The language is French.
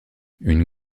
une